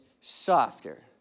softer